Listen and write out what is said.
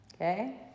Okay